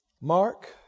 Mark